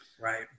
Right